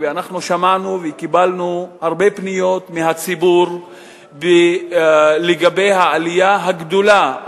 ואנחנו שמענו וקיבלנו הרבה פניות מהציבור לגבי העלייה הגדולה,